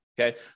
Okay